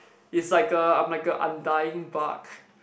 it's like a I'm like a undying bug